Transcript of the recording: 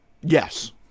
Yes